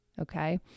Okay